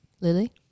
Lily